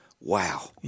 wow